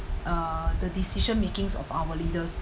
uh the decision makings of our leaders